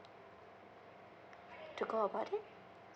to go about it